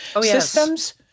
systems